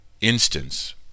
instance